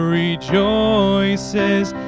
rejoices